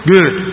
Good